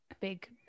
big